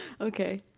Okay